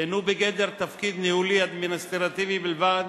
אינו בגדר תפקיד ניהולי-אדמיניסטרטיבי בלבד.